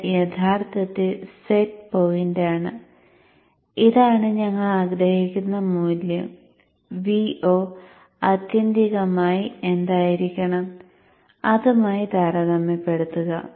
ഇത് യഥാർത്ഥത്തിൽ സെറ്റ് പോയിന്റാണ് ഇതാണ് ഞങ്ങൾ ആഗ്രഹിക്കുന്ന മൂല്യം Vo ആത്യന്തികമായി എന്തായിരിക്കണം അതുമായി താരതമ്യപ്പെടുത്തുക